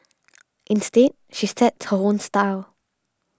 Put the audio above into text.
instead she sets her own style